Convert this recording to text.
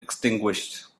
extinguished